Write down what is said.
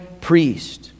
priest